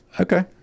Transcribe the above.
Okay